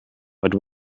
but